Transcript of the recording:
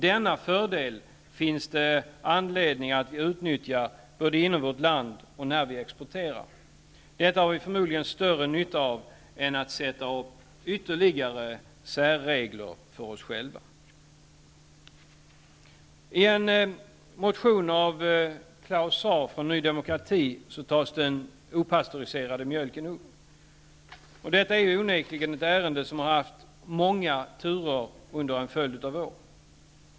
Denna fördel finns det anledning att utnyttja både inom vårt land och när vi exporterar. Detta har vi förmodligen större nytta av än att sätta upp ytterligare särregler för oss själva. I en motion av Claus Zaar från Ny demokrati tas frågan upp om den opastöriserade mjölken. Detta är onekligen ett ärende som har haft många turer under en följd av år.